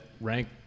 rank